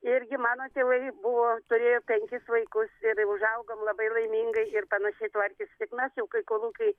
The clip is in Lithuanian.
irgi mano tėvai buvo turėjo penkis vaikus ir užaugom labai laimingai ir panašiai tvarkėsi tik mes jau kai kolūkiai